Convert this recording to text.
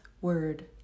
word